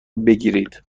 بگیرید